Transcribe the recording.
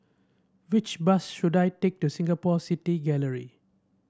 which bus should I take to Singapore City Gallery